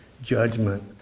judgment